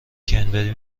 کرنبری